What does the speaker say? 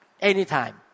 anytime